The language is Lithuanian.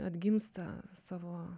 atgimsta savo